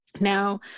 Now